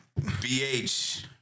BH